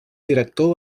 director